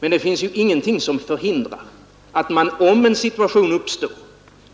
Men det finns ingenting som hindrar att man — i en situation